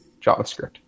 JavaScript